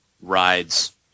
rides